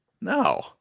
No